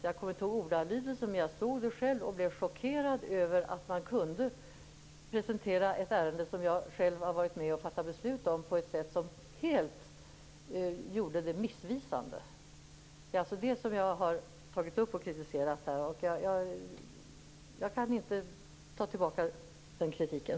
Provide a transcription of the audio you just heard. Jag kommer inte ihåg ordalydelsen, men jag såg det själv och blev chockerad över att man kunde presentera ett ärende som jag själv varit med och fattat beslut om på ett sätt som gjorde det helt missvisande. Det är det som jag har tagit upp och kritiserat. Jag kan inte ta tillbaka den kritiken.